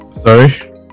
Sorry